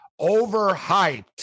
overhyped